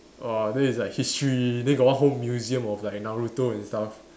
!wah! this is like history then got one whole museum of like Naruto and stuffs